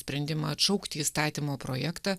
sprendimą atšaukti įstatymo projektą